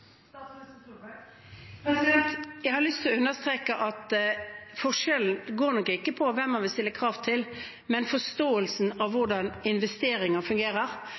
understreke at forskjellen nok ikke går på hvem man vil stille krav til, men på forståelsen av hvordan investeringer fungerer,